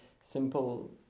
simple